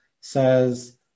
says